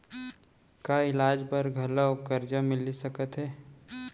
का इलाज बर घलव करजा मिलिस सकत हे?